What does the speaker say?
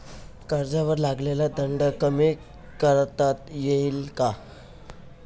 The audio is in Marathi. कर्जावर लागलेला दंड कमी करता येईल का?